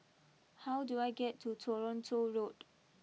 how do I get to Toronto Road